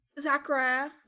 Zachariah